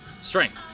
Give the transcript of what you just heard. strength